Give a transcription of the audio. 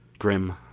grim,